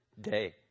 day